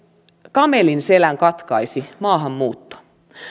kamelin selän katkaisi maahanmuutto